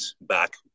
back